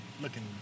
looking